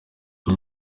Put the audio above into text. iri